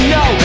no